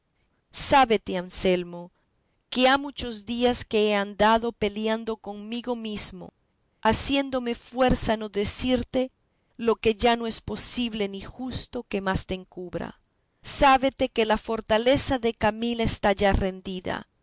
dijo sábete anselmo que ha muchos días que he andado peleando conmigo mesmo haciéndome fuerza a no decirte lo que ya no es posible ni justo que más te encubra sábete que la fortaleza de camila está ya rendida